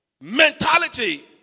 mentality